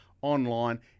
Online